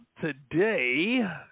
today